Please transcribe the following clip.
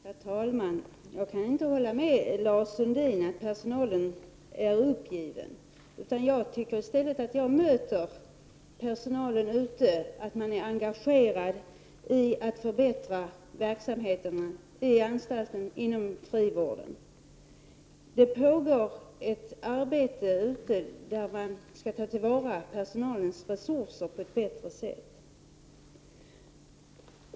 Herr talman! Jag kan inte hålla med Lars Sundin om att personalen är uppgiven. Jag tycker i stället att den personal jag möter är engagerad och vill förbättra verksamheten på anstalterna och inom frivården. Det pågår ett arbete för att ta till vara personalens resurser på ett bättre sätt.